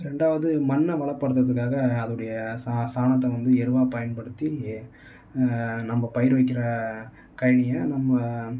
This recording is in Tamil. ரெண்டாவது மண்ணை வளப்படுத்துகிறதுக்காக அதுனுடைய சா சாணத்தை வந்து எருவாக பயன்படுத்தி நம்ம பயிர் வைக்கிற கயனியை நம்ம